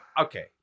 okay